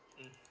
mm